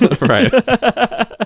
Right